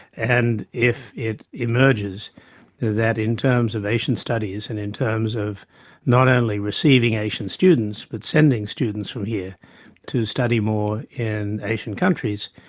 and if it emerges that in terms of asian studies and in terms of not only receiving asian students, but sending students from here to study more in asian countries,